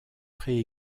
pré